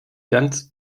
ganz